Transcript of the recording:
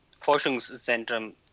Forschungszentrum